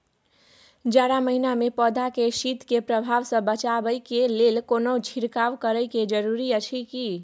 जारा महिना मे पौधा के शीत के प्रभाव सॅ बचाबय के लेल कोनो छिरकाव करय के जरूरी अछि की?